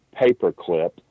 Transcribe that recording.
Paperclip